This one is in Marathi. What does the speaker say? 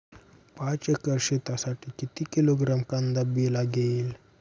पाच एकर शेतासाठी किती किलोग्रॅम कांदा बी लागेल?